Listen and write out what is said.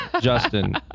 Justin